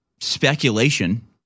speculation